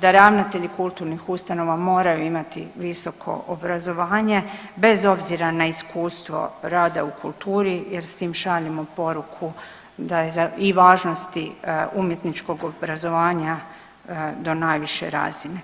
da ravnatelji kulturnih ustanova moraju imati visoko obrazovanje bez obzira na iskustvo rada u kulturi jer s tim šaljemo poruku i važnosti umjetničkog obrazovanja do najviše razine.